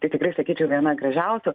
tai tikrai sakyčiau viena gražiausių